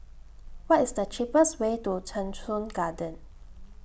What IS The cheapest Way to Cheng Soon Garden